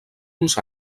uns